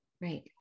right